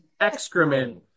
Excrement